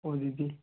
Abhijit দে